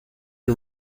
and